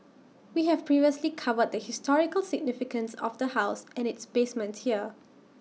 we have previously covered the historical significance of the house and its basement here